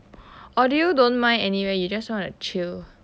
or do you don't mind anyway you just want to chill